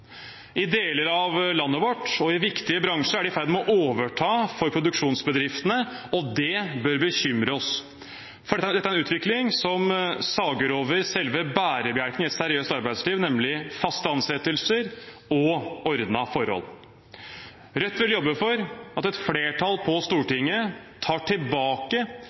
I deler av landet vårt og i viktige bransjer er de i ferd med å overta for produksjonsbedriftene, og det bør bekymre oss, for dette er en utvikling som sager over selve bærebjelken i et seriøst arbeidsliv, nemlig faste ansettelser og ordnete forhold. Rødt vil jobbe for at et flertall på Stortinget tar tilbake